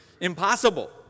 impossible